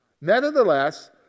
Nevertheless